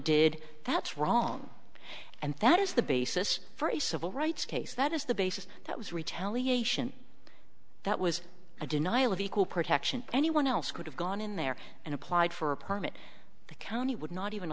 did that's wrong and that is the basis for a civil rights case that is the basis that was retaliation that was a denial of equal protection anyone else could have gone in there and applied for a permit the county would not even